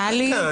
טלי, שנייה.